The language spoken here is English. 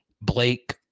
Blake